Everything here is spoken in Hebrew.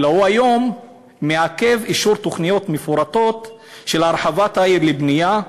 אלא הוא היום מעכב אישור תוכניות מפורטות של הרחבת העיר לבנייה,